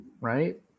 right